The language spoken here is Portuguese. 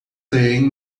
têm